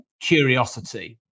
curiosity